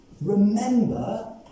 remember